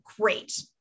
great